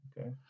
Okay